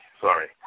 sorry